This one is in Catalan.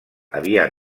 havia